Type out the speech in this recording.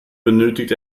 benötigt